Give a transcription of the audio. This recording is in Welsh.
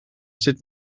sut